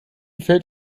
fällt